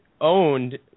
owned